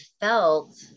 felt